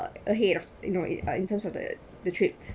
ahead of you know it or in terms of the trip